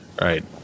right